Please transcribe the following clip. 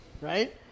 right